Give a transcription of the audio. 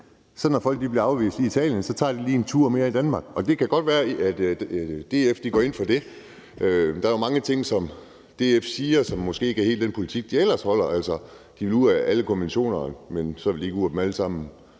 når de bliver afvist i Italien, lige en tur mere i Danmark. Det kan godt være, at DF går ind for det. Der er jo mange ting, som DF siger, og som måske ikke flugter helt med den politik, de ellers har. Altså, de vil ud af alle konventionerne, men så vil de ikke ud af dem alle sammen.